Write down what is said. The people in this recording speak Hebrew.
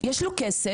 יש לו כסף,